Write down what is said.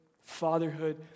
fatherhood